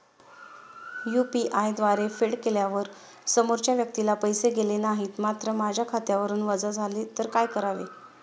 UPI द्वारे फेड केल्यावर समोरच्या व्यक्तीला पैसे गेले नाहीत मात्र माझ्या खात्यावरून वजा झाले तर काय करावे?